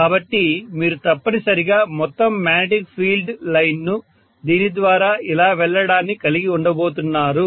కాబట్టి మీరు తప్పనిసరిగా మొత్తం మాగ్నెటిక్ ఫీల్డ్ లైన్ ను దీని ద్వారా ఇలా వెళ్లడాన్ని కలిగి ఉండబోతున్నారు